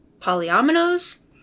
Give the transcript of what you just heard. polyominoes